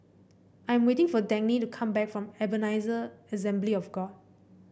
I am waiting for Dagny to come back from Ebenezer Assembly of God